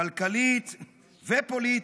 כלכלית ופוליטית.